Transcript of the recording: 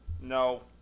No